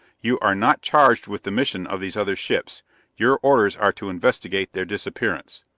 you are not charged with the mission of these other ships your orders are to investigate their disappearance.